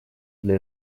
для